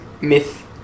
myth